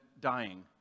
dying